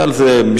היה על זה משפט,